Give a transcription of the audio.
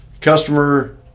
customer